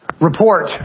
report